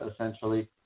essentially